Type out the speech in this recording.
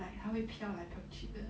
like 他会漂来漂去的